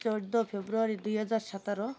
ଚଉଦ ଫେବୃଆରୀ ଦୁଇ ହଜାର ସତର